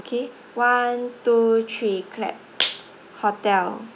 okay one two three clap hotel